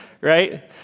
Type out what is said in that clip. right